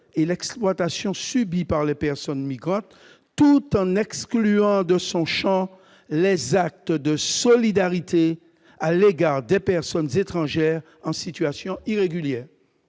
et l'exploitation subie par les personnes migrantes, tout en excluant de son champ les actes de solidarité à l'égard des personnes étrangères en situation irrégulière.